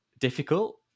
difficult